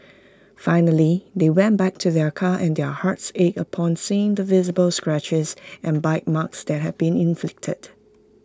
finally they went back to their car and their hearts ached upon seeing the visible scratches and bite marks that had been inflicted